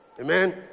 Amen